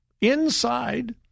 inside